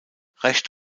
recht